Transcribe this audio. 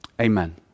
Amen